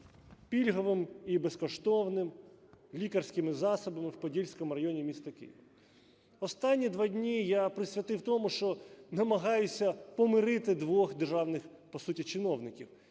пільговим і безкоштовним лікарськими засобами в Подільському районі міста Києва. Останні два дні я присвятив тому, що намагаюся помирити двох державних по суті чиновників: